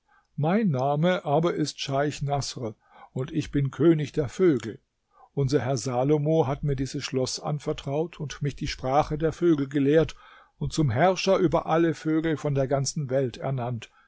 mein name aber ist scheich naßr und ich bin könig der vögel unser herr salomo hat mir dieses schloß anvertraut und mich die sprache der vögel gelehrt und zum herrscher über alle vögel von der ganzen welt ernannt